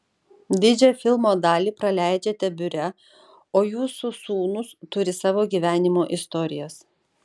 didžią filmo dalį praleidžiate biure o jūsų sūnūs turi savo gyvenimo istorijas